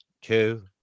two